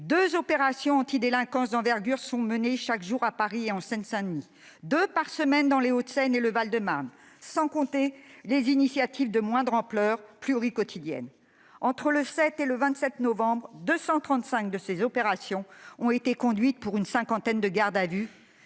deux opérations antidélinquance d'envergure sont menées chaque jour à Paris et en Seine-Saint-Denis, auxquelles s'ajoutent deux opérations dans les Hauts-de-Seine et le Val-de-Marne, sans compter les initiatives de moindre ampleur pluriquotidiennes. Entre le 7 et le 27 novembre, 235 de ces opérations ont été conduites, pour une cinquantaine de gardes à vue.